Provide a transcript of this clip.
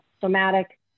somatic